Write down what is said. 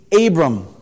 Abram